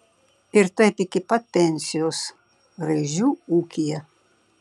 ir taip iki pat pensijos raižių ūkyje